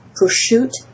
prosciutto